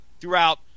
throughout